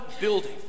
building